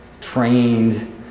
trained